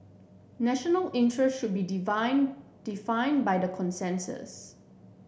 national interest should be defined by consensus